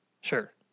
Sure